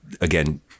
again